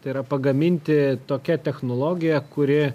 tai yra pagaminti tokia technologija kuri